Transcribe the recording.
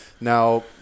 Now